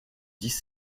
dix